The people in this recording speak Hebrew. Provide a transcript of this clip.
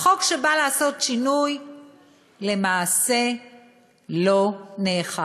החוק שבא לעשות שינוי למעשה לא נאכף.